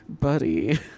Buddy